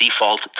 default